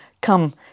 Come